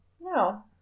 No